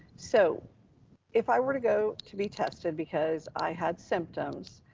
so if i were to go to be tested because i had symptoms,